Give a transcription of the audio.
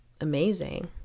amazing